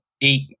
Eight